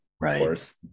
Right